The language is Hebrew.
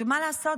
שמה לעשות,